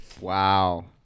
Wow